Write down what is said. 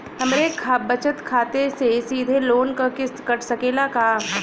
हमरे बचत खाते से सीधे लोन क किस्त कट सकेला का?